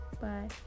Bye